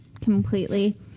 completely